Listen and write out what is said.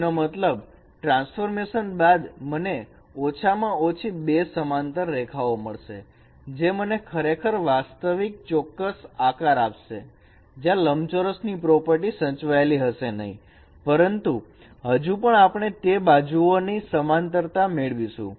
જેનો મતલબ ટ્રાન્સફોર્મેશન બાદ મને ઓછામાં ઓછી 2 સમાંતર રેખાઓ મળશે તે મને ખરેખર વાસ્તવિક ચોરસ આકાર આપશે જ્યાં લંબચોરસ ની પ્રોપર્ટી સચવાયેલી હશે નહીં પરંતુ હજુ પણ આપણે તે બાજુઓની સમાંતરતા મેળવશું